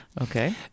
okay